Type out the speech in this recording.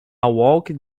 walked